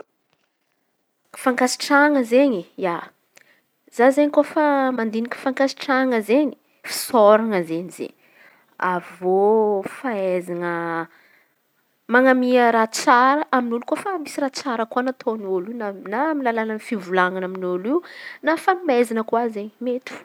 Fankasitrahan̈a zeny ia, za izen̈y kôfa mandiniky fankasitrahan̈a izen̈y fisaoran̈a izen̈y zey avy eo fahaizan̈a man̈amia raha tsara amin'olo koa refa misy raha tsara nataôn'olo koa tamina amy alalana fivolana amn' olo io na fanomezana koa izen̈y mety fô.